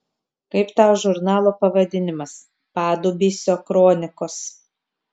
kaip tau žurnalo pavadinimas padubysio kronikos